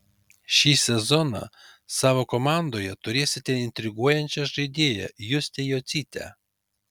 šį sezoną savo komandoje turėsite intriguojančią žaidėją justę jocytę